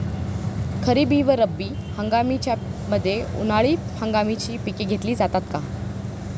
खरीप व रब्बी हंगामाच्या मध्ये उन्हाळी हंगामाची पिके घेतली जातात का?